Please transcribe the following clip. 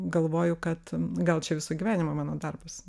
galvoju kad gal čia viso gyvenimo mano darbas